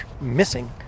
missing